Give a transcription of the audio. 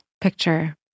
picture